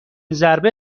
ضربه